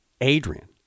Adrian